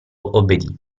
obbedì